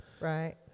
Right